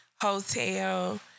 hotel